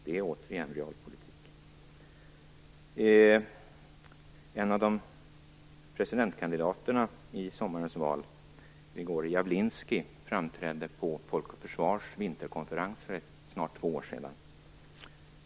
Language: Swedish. Det är återigen realpolitik. Grigorij Javlinskij, framträdde på Folk och försvars vinterkonferens för snart två år sedan.